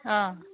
অঁ